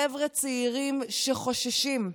חבר'ה צעירים שחוששים,